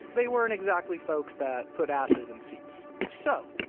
they weren't exactly folks that put asses in seats. so,